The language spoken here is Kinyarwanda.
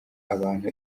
abantu